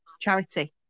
charity